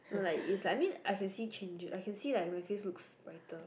no lah is like I mean I can see changes I can see like my face look brighter